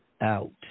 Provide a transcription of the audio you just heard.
out